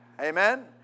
Amen